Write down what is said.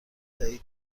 دهید